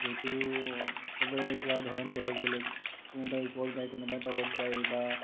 যিহেতু সবৰে গোৱাৰ ধৰণ বেলেগ বেলেগ কোনোবাই ওপৰত গায় কোনোবাই তলত গায় বা